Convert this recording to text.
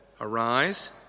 Arise